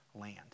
land